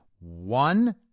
one